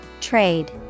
Trade